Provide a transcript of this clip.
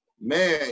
man